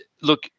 look